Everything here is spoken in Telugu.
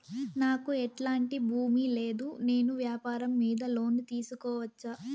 నాకు ఎట్లాంటి భూమి లేదు నేను వ్యాపారం మీద లోను తీసుకోవచ్చా?